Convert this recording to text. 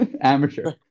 amateur